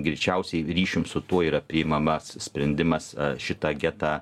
greičiausiai ryšium su tuo yra priimamas sprendimas šitą getą